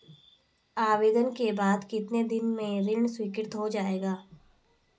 आवेदन के बाद कितने दिन में ऋण स्वीकृत हो जाएगा?